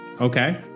Okay